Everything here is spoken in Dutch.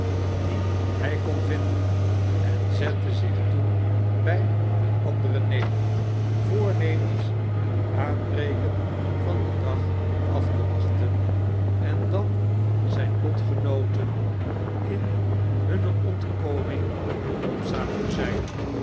die hjj kon vinden en zette zich toen bij de anderen neder voornemens het aanbreken van den dag af te wachten en dan zijn lotgenooten in hun ontkoming behulpzaam te zijn